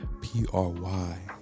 P-R-Y